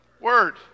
word